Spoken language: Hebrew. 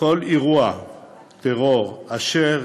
בכל אירוע טרור אשר